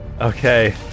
Okay